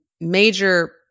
major